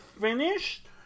finished